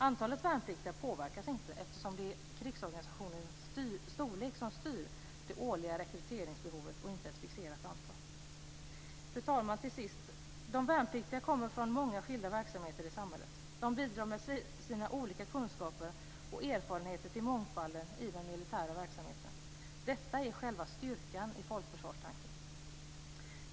Antalet värnpliktiga påverkas inte, eftersom det är krigsorganisationens storlek som styr det årliga rekryteringsbehovet och inte ett fixerat antal. Fru talman! Till sist: De värnpliktiga kommer från många skilda verksamheter i samhället. De bidrar med sina olika kunskaper och erfarenheter till mångfalden i den militära verksamheten. Detta är själva styrkan i folkförsvarstanken.